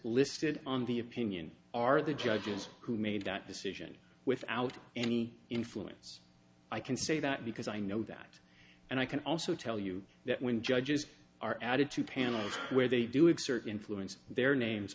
listed on the opinion are the judges who made that decision without any influence i can say that because i know that and i can also tell you that when judges are added to panels where they do exert influence their names